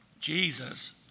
Jesus